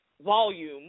volume